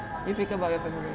you fikir about your family